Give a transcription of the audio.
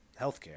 Healthcare